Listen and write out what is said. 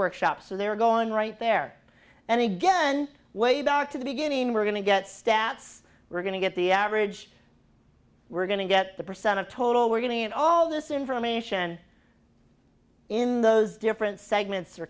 workshop so they're going right there and again way back to the beginning we're going to get stats we're going to get the average we're going to get the percent of total we're getting in all this information in those different segments or